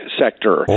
sector